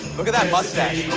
look at that mustache!